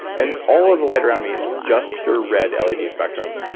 and all of the light around me is just pure red led yeah spectrum,